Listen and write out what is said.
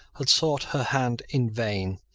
had sought her hand in vain.